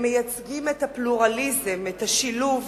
הם מייצגים את הפלורליזם, את השילוב